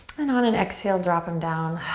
and on an exhale drop em down.